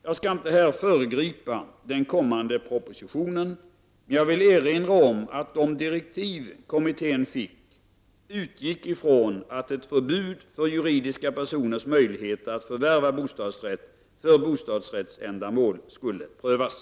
Jag skall inte här föregripa den kommande propositionen, men jag vill erinra om att de direktiv kommittén fick utgick från att ett förbud för juridiska personers möjligheter att förvärva bostadsrätt för bostadsändamål skulle prövas.